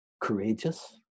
courageous